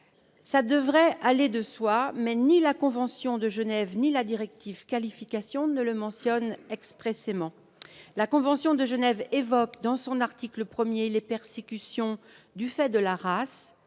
Cela devrait aller de soi, mais ni la convention de Genève ni la directive Qualification ne les mentionnent expressément. La convention de Genève évoque, dans son article 1, les persécutions « du fait de [la] race,